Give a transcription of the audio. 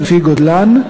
לפי גודלן.